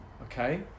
Okay